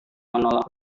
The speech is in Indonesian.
menolak